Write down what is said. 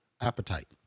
appetite